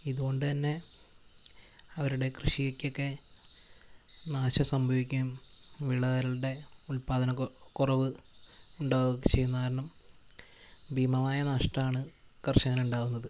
ഇതുകൊണ്ടു തന്നെ അവരുടെ കൃഷിക്കൊക്കെ നാശം സംഭവിക്കുകയും വിളകളുടെ ഉത്പാദനക്കുറവ് ഉണ്ടാവുകയൊക്കെ ചെയ്യുന്ന കാരണം ഭീമമായ നഷ്ടമാണ് കർഷകന് ഉണ്ടാവുന്നത്